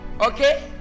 Okay